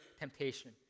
temptation